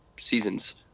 seasons